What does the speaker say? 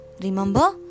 Remember